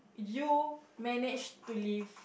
you manage to live